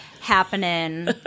happening